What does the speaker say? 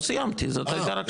רגע, לא סיימתי, זאת הייתה רק